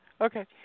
okay